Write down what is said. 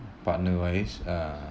partner wise uh